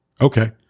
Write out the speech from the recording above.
okay